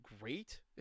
great